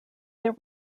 there